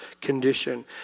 condition